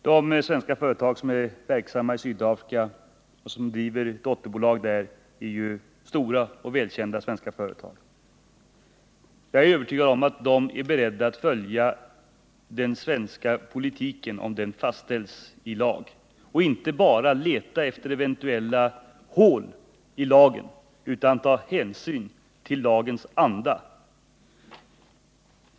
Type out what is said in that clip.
Herr talman! De svenska företag som är verksamma i Sydafrika och som driver dotterbolag där är ju stora och välkända svenska företag, och jag är övertygad om att de är beredda att följa den svenska politiken som den fastställs i lag och inte bara leta efter eventuella hål i lagen utan tar hänsyn till lagens anda.